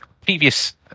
previous